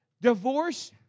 Divorce